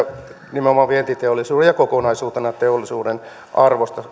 nimenomaan vientiteollisuuden ja kokonaisuutena teollisuuden arvo